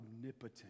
omnipotent